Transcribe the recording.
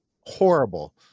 horrible